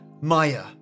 Maya